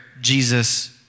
Jesus